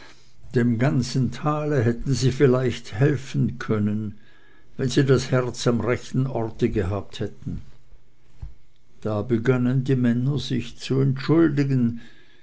dem ganzen tale hätten sie vielleicht helfen können wenn sie das herz am rechten orte gehabt hätten da begannen die männer sich zu entschuldigen